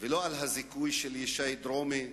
ולא על הזיכוי של שי דרומי,